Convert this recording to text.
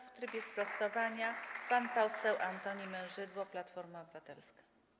W trybie sprostowania pan poseł Antoni Mężydło, Platforma Obywatelska.